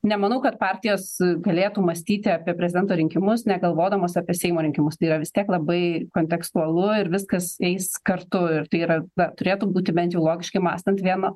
nemanau kad partijos galėtų mąstyti apie prezidento rinkimus negalvodamos apie seimo rinkimus tai yra vis tiek labai kontekstualu ir viskas eis kartu ir tai yra na turėtų būti bent jau logiškai mąstant vieno